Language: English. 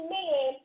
men